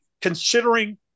Considering